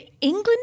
England